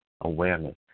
Awareness